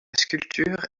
sculpture